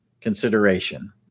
consideration